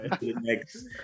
next